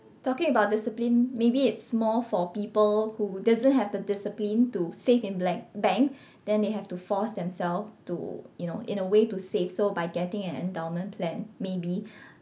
talking about discipline maybe it's more for people who doesn't have the discipline to save in blank bank then they have to force themself to you know in a way to save so by getting an endowment plan maybe